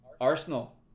Arsenal